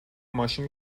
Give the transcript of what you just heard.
ماشین